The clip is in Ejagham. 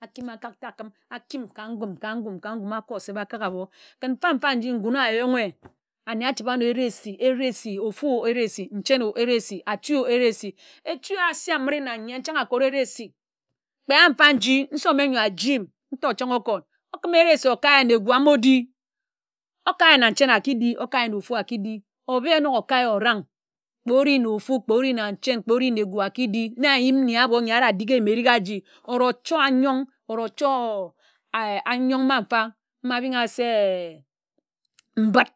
Akim akák Takim akim ka ngún ka ngúm ka ngúm āko oseb akák abo. Ken mfa-mfa nji ngun ayonghe áne achib-a-ȧnor eresi. Eresi ofu eresi ncheń o eresi atú eresi etú ase amire na áyen chan̄ akora eresi kpe a mfa nji nshōme n̄yo aji m ntor chan̄ okord. okim eresi okae na egū amo di, okae na nchen aki di okae na ofu aki di obe onōk okae orang kpe ori na ofu kpe ori na nchen kpe ori na egu aki di. De ayim nyi abo ńyi eri adik erik aji orochor ányón orochor a e ányōn ma mfa ma abin-a-se mbid